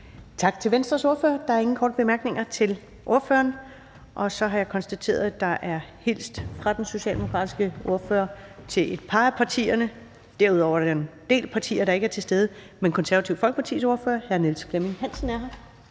Tak til Venstres ordfører. Der er ingen korte bemærkninger til ordføreren. Og så har jeg konstateret, at der er hilst fra den socialdemokratiske ordfører fra et par af partierne. Derudover er der en del partier, der ikke er til stede, men Det Konservative Folkepartis ordfører, hr. Niels Flemming Hansen, er her.